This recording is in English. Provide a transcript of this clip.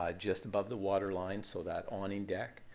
ah just above the water line, so that awning deck.